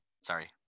Sorry